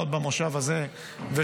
עוד במושב הזה -- אנחנו נעביר את זה ביחד.